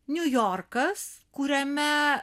niujorkas kuriame